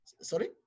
Sorry